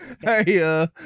hey